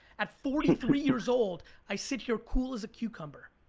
at forty three years old i sit here cool as cucumber.